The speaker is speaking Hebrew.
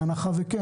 בהנחה וכן.